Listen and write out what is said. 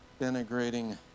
denigrating